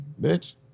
bitch